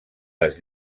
les